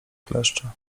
kleszcze